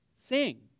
sing